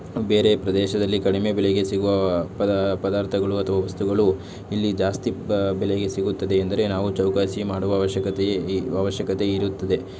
ಬೇರೆ ಪ್ರದೇಶದಲ್ಲಿ ಕಡಿಮೆ ಬೆಲೆಗೆ ಸಿಗುವ ಪದ ಪದಾರ್ಥಗಳು ಅಥವಾ ವಸ್ತುಗಳು ಇಲ್ಲಿ ಜಾಸ್ತಿ ಬ ಬೆಲೆಗೆ ಸಿಗುತ್ತದೆ ಎಂದರೆ ನಾವು ಚೌಕಾಸಿ ಮಾಡುವ ಅವಶ್ಯಕತೆಯೇ ಯೆ ಅವಶ್ಯಕತೆ ಇರುತ್ತದೆ